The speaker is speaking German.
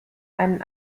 einen